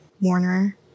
Warner